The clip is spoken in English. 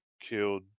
killed